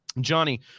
Johnny